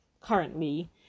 currently